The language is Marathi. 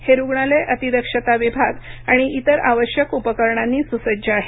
हे रुग्णालय अतिदक्षता विभाग आणि इतर आवश्यक उपकरणांनी सूसज्ज आहे